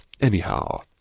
Anyhow